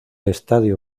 estadio